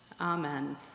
Amen